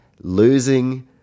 losing